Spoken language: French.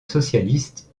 socialiste